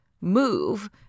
move